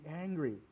angry